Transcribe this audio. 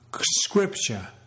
scripture